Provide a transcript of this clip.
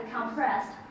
compressed